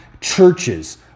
churches